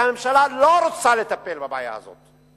והממשלה לא רוצה לטפל בבעיה הזאת,